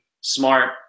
smart